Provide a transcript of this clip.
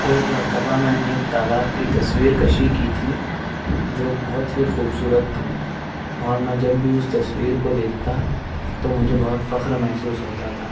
ایک مرتبہ میں نے ایک تالاب کی تصویر کشی کی تھی جو بہت ہی خوبصورت تھی اور میں جب بھی اس تصویر کو دیکھتا تو مجھے بہت فخر محسوس ہوتا تھا